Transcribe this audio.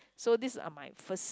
so these are my first